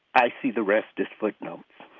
i see the rest as footnotes.